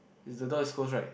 the door is closed right